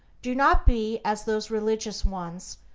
do not be as those religious ones,